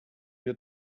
you